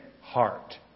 heart